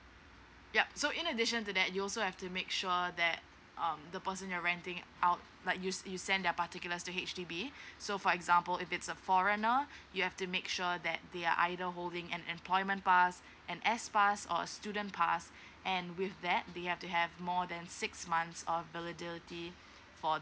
yup so in addition to that you'll also have to make sure that um the person you're renting out like you you send their particulars to H_D_B so for example if it's a foreigner you have to make sure that they are either holding an employment pass an S pass or a student pass and with that they have to have more than six months of validity for